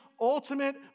ultimate